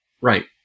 Right